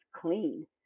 clean